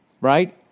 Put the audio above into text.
Right